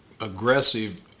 aggressive